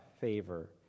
favor